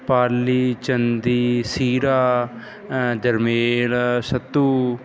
ਪਾਲੀ ਚੰਦੀ ਸੀਰਾ ਜਰਮੇਰ ਸੱਤੂ